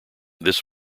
this